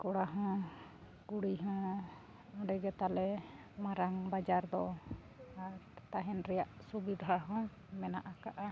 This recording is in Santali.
ᱠᱚᱲᱟ ᱦᱚᱸ ᱠᱩᱲᱤ ᱦᱚᱸ ᱚᱸᱰᱮᱜᱮ ᱛᱟᱞᱮ ᱢᱟᱨᱟᱝ ᱵᱟᱡᱟᱨ ᱫᱚ ᱟᱨ ᱛᱟᱦᱮᱱ ᱨᱮᱭᱟᱜ ᱥᱩᱵᱤᱫᱷᱟ ᱦᱚᱸ ᱢᱮᱱᱟᱜ ᱟᱠᱟᱫᱼᱟ